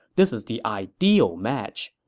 this is the ideal match,